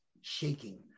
shaking